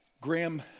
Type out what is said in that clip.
Graham